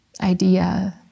idea